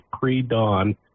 pre-dawn